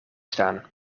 staan